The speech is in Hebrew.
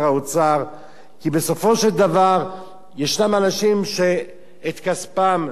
כי בסופו של דבר יש אנשים שאת כספם שמים בבנקים,